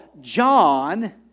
John